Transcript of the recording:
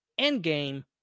Endgame